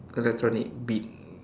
cause that's why need beat